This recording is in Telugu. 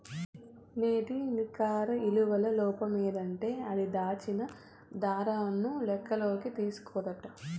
నేటి నికర ఇలువల లోపమేందంటే అది, దాచిన దరను లెక్కల్లోకి తీస్కోదట